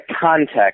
context